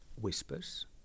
whispers